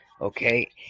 okay